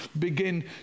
begin